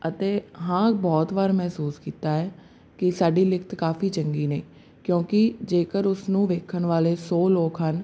ਅਤੇ ਹਾਂ ਬਹੁਤ ਵਾਰ ਮਹਿਸੂਸ ਕੀਤਾ ਹੈ ਕਿ ਸਾਡੀ ਲਿਖਤ ਕਾਫੀ ਚੰਗੀ ਨਹੀਂ ਕਿਉਂਕਿ ਜੇਕਰ ਉਸਨੂੰ ਵੇਖਣ ਵਾਲੇ ਸੌ ਲੋਕ ਹਨ